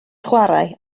chwarae